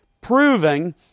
proving